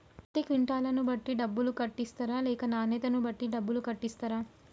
పత్తి క్వింటాల్ ను బట్టి డబ్బులు కట్టిస్తరా లేక నాణ్యతను బట్టి డబ్బులు కట్టిస్తారా?